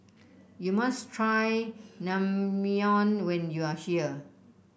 you must try Naengmyeon when you are here